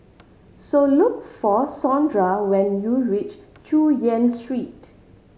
so look for Sondra when you reach Chu Yen Street